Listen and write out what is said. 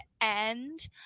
end